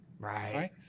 Right